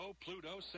Pluto